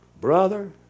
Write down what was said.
Brother